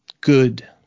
good